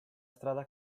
strada